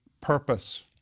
purpose